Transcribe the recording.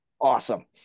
Awesome